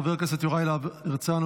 חבר הכנסת יוראי להב הרצנו,